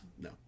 No